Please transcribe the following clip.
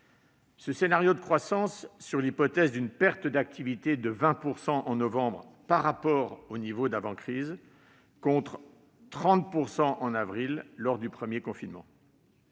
Ce scénario se fonde sur l'hypothèse d'une perte d'activité de 20 % en novembre par rapport au niveau d'avant la crise, contre 30 % en avril, lors du premier confinement.